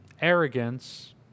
Arrogance